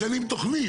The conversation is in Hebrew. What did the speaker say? משנים תוכנית,